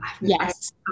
Yes